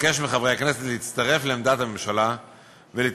אבקש מחברי הכנסת להצטרף לעמדת הממשלה ולתמוך